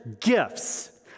gifts